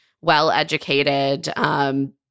well-educated